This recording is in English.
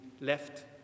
left